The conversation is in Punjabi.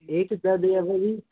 ਇਹ ਕਿੱਦਾਂ ਦੇ ਆ ਭਾਅ ਜੀ